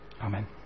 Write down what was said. Amen